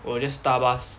我 just 搭 bus